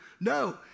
No